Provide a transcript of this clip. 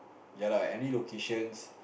ya lah any locations